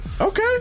Okay